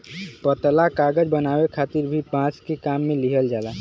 पतला कागज बनावे खातिर भी बांस के काम में लिहल जाला